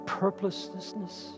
purposelessness